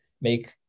make